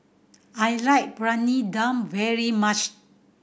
I like Briyani Dum very much